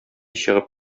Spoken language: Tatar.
чыгып